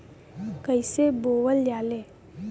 कईसे बोवल जाले?